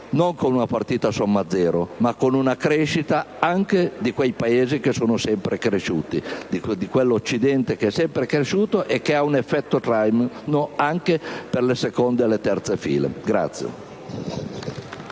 come una partita a somma zero, ma guardiamo anche ad una crescita di quei Paesi che sono sempre cresciuti, di quell'occidente che è sempre cresciuto e che ha un effetto traino anche per le seconde e le terze file.